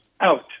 out